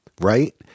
right